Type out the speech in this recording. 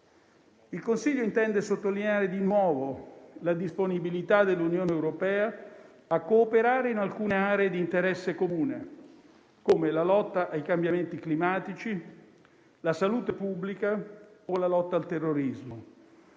Il Consiglio intende sottolineare di nuovo la disponibilità dell'Unione europea a cooperare in alcune aree di interesse comune, come la lotta ai cambiamenti climatici, la salute pubblica o la lotta al terrorismo.